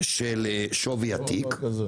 שווי התיק.